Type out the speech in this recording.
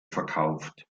verkauft